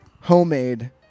homemade